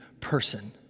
person